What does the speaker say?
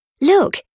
Look